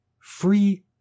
free